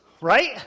right